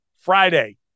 Friday